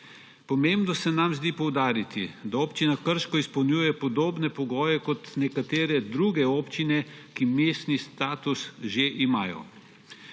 Pomembno se nam zdi poudariti, da Občina Krško izpolnjuje podobne pogoje kot nekatere druge občine, ki mestni status že imajo.